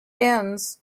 ends